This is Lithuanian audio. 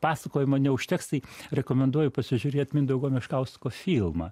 pasakojimo neužteks tai rekomenduoju pasižiūrėt mindaugo meškausko filmą